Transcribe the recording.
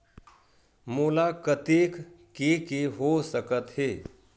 मोला कतेक के के हो सकत हे?